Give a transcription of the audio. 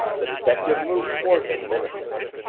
the detective moved toward him menacingly.